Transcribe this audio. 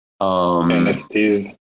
NFTs